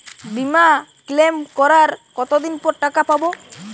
বিমা ক্লেম করার কতদিন পর টাকা পাব?